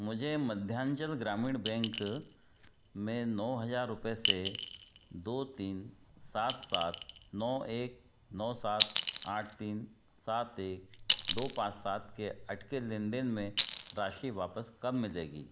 मुझे मध्यांचल ग्रामीण बैंक में नौ हज़ार रुपये से दो तीन सात सात नौ एक नौ सात आँठ तीन सात एक दो पाँच सात के अटके लेनदेन में राशि वापस कब मिलेगी